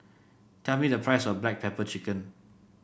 tell me the price of Black Pepper Chicken